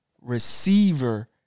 receiver